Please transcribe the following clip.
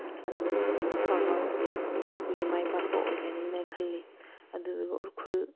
ꯑꯗꯨꯝ ꯑꯐꯕ ꯑꯩꯈꯣꯏꯒꯤ ꯃꯥꯏ ꯄꯥꯛꯄ ꯑꯣꯏꯒꯅꯦꯅ ꯈꯜꯂꯤ ꯑꯗꯨꯗꯨꯒ ꯎꯔꯈꯨꯜ